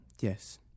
Yes